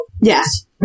Yes